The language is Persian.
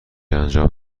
انجام